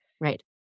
Right